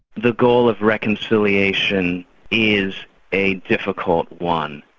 the goal of reconciliation is a difficult one,